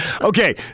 Okay